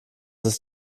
ist